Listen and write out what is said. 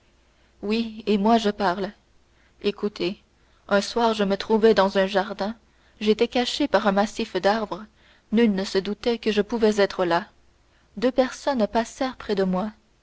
oui et moi je parle écoutez un soir je me trouvais dans un jardin j'étais caché par un massif d'arbres nul ne se doutait que je pouvais être là deux personnes passèrent près de moi